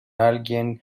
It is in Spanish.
alguien